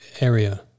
area